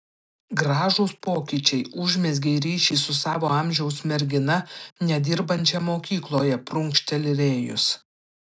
gražūs pokyčiai užmezgei ryšį su savo amžiaus mergina nedirbančia mokykloje prunkšteli rėjus